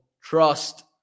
trust